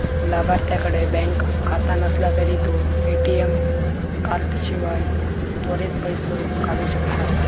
लाभार्थ्याकडे बँक खाता नसला तरी तो ए.टी.एम कार्डाशिवाय त्वरित पैसो काढू शकता